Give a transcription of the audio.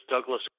Douglas